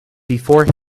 before